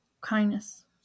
kindness